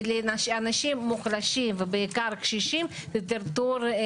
לאנשים מוחלשים ובעיקר קשישים זה טרטור.